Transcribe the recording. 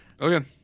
Okay